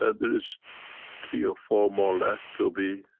and there is three or four more left to be,